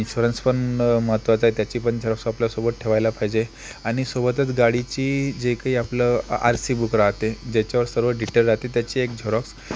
insurance पण महत्त्वाचा आहे त्याची पण झेरॉक्स आपल्यासोबत ठेवायला पाहिजे आणि सोबतच गाडीची जे काही आपलं आर सी बुक राहते ज्याच्यावर सर्व डिटेल राहते त्याची एक झेरॉक्स